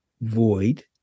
void